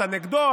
אתה נגדו,